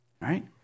Right